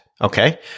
Okay